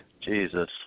Jesus